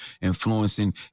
influencing